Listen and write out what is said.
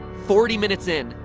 forty minutes in.